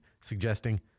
suggesting